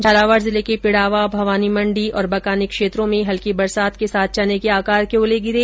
झालावाड जिले के पिडावा भवानी मंडी और बकानी क्षेत्र में हल्की बरसात के साथ चने को आकार के ओले गिरे